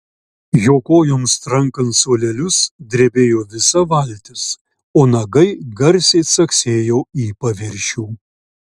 jo kojoms trankant suolelius drebėjo visa valtis o nagai garsiai caksėjo į paviršių